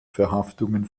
verhaftungen